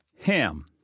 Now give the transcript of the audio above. Ham